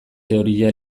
teoria